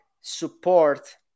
support